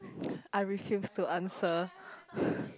I refuse to answer